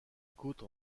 côte